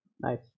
Nice